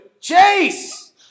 Chase